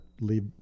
leave